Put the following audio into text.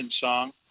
Song